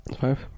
Five